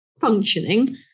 functioning